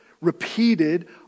repeated